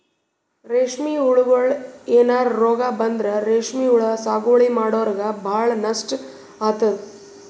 ರೇಶ್ಮಿ ಹುಳಗೋಳಿಗ್ ಏನರೆ ರೋಗ್ ಬಂದ್ರ ರೇಶ್ಮಿ ಹುಳ ಸಾಗುವಳಿ ಮಾಡೋರಿಗ ಭಾಳ್ ನಷ್ಟ್ ಆತದ್